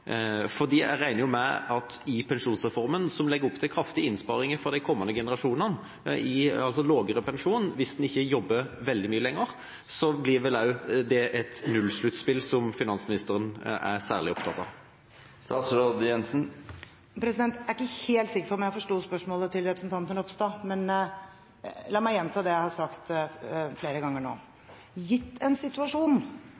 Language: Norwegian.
jeg regner med at pensjonsreformen, som legger opp til kraftige innsparinger for de kommende generasjonene – altså lavere pensjon hvis en ikke jobber veldig mye lenger – vel også blir et nullsluttspill, som finansministeren er særlig opptatt av. Jeg er ikke helt sikker på om jeg forsto spørsmålet til representanten Ropstad. Men la meg gjenta det jeg har sagt flere ganger nå, gitt en situasjon